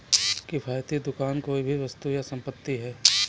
किफ़ायती दुकान कोई भी वस्तु या संपत्ति है